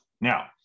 Now